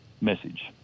message